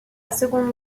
seconde